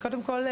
קודם כל,